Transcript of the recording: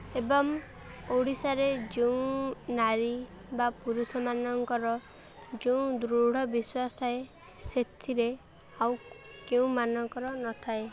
ଏବଂ ଓଡ଼ିଶାରେ ଯେଉଁ ନାରୀ ବା ପୁରୁଷମାନଙ୍କର ଯେଉଁ ଦୃଢ଼ ବିଶ୍ୱାସ ଥାଏ ସେଥିରେ ଆଉ କେଉଁମାନଙ୍କର ନଥାଏ